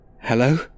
Hello